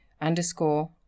underscore